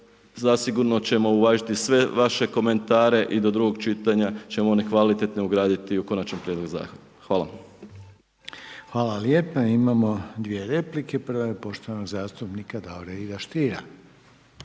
zasigurno ćemo uvažiti sve vaše komentare i do drugog čitanja ćemo one kvalitetne ugraditi u konačan prijedlog zakona. Hvala. **Reiner, Željko (HDZ)** Hvala lijepa. Imamo dvije replike, prva je poštovanog zastupnika Davora Ive Stiera.